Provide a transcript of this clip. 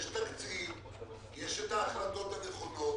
יש תקציב, יש את ההחלטות הנכונות.